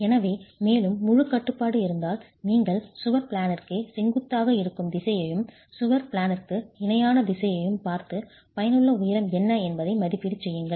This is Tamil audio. எனவே மேலே முழு கட்டுப்பாடு இருந்தால் நீங்கள் சுவர் பிளேனிற்கு செங்குத்தாக இருக்கும் திசையையும் சுவர் பிளேனிற்கு இணையான திசையையும் பார்த்து பயனுள்ள உயரம் என்ன என்பதை மதிப்பீடு செய்யுங்கள்